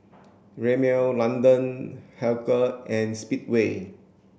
Rimmel London Hilker and Speedway